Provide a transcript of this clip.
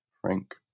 Frank